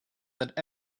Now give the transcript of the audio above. that